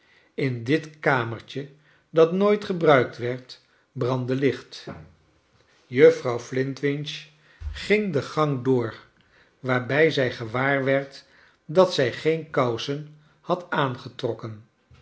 in dit kamerfcje dat nooit gebruikt werd brandde licht juffrouw flintwinch ging de gang door waarbij zij gewaar werd dat zij geen kousen had aangetrokken